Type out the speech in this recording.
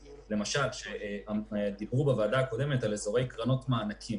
דיברו בוועדה הקודמת על אזורי קרנות מענקים.